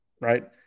right